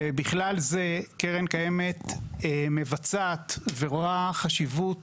בכלל זה הקרן הקיימת מבצעת ורואה חשיבות